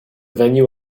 venue